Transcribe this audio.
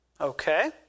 okay